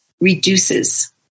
reduces